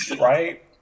Right